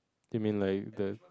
you mean like the